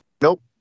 Nope